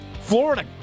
Florida